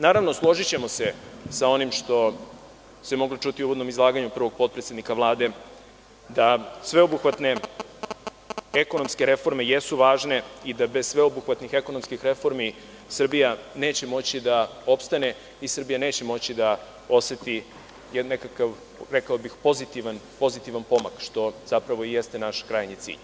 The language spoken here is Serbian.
Naravno, složićemo se sa onim što moglo čuti u uvodnom izlaganju prvog potpredsednika Vlade da sveobuhvatne ekonomske reforme jesu važne i da bez sveobuhvatnih ekonomskih reformi Srbija neće moći da opstane i Srbija neće moći da oseti nekakav pozitivan pomak, što zapravo i jeste naš krajnji cilj.